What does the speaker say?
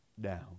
down